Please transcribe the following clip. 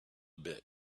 bit